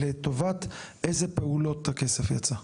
לטובת איזה פעולות הכסף יצא?